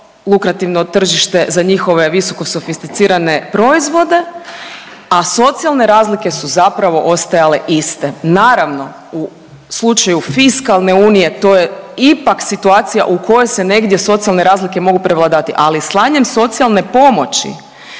lukrativno tržište za njihove sofisticirane proizvode, a socijalne razlike su zapravo ostajale iste. Naravno, u slučaju fiskalne unije to je ipak situacija u kojoj se negdje socijalne razlike mogu prevladavati, ali slanjem socijalne pomoći